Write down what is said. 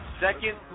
second